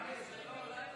ההצעה להעביר